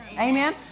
Amen